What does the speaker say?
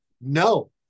No